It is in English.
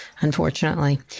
unfortunately